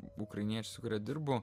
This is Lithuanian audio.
ukrainiečių su kuria dirbu